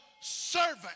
servant